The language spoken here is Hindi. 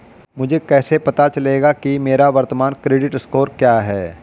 मुझे कैसे पता चलेगा कि मेरा वर्तमान क्रेडिट स्कोर क्या है?